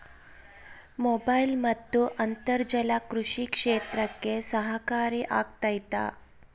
Mobile ಮತ್ತು ಅಂತರ್ಜಾಲ ಕೃಷಿ ಕ್ಷೇತ್ರಕ್ಕೆ ಸಹಕಾರಿ ಆಗ್ತೈತಾ?